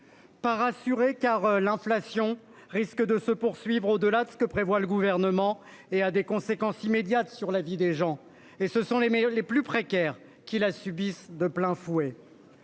Pas rassuré car l'inflation risque de se poursuivre au-delà de ce que prévoit le gouvernement et a des conséquences immédiates sur la vie des gens et ce sont les meilleurs, les plus précaires qui la subissent de plein fouet.--